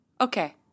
Okay